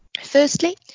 Firstly